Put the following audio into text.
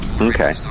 Okay